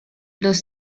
los